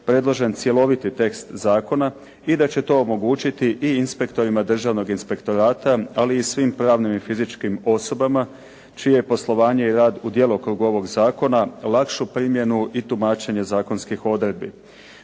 predložen cjeloviti tekst zakona i da će to omogućiti i inspektorima Državnog inspektorata, ali i svim pravnim i fizičkim osobama čije je poslovanje i rad u djelokrugu ovog zakona lakšu primjenu i tumačenje zakonskih odredbi.